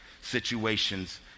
situations